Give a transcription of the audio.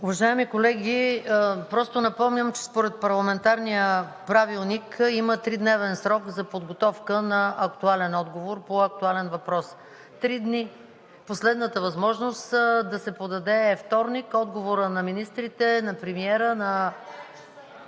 Уважаеми колеги, просто напомням, че според парламентарния правилник има тридневен срок за подготовка на актуален отговор по актуален въпрос. Три дни! Последната възможност да се подаде е вторник, отговорът на министрите, на премиера, на...